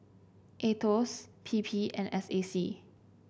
Aetos P P and S A C